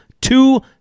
two